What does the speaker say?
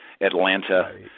Atlanta –